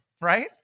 right